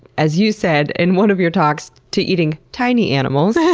as you said in one of your talks, to eating tiny animals,